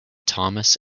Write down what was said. thomas